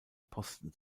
posten